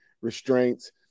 restraints